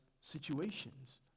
situations